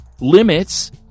limits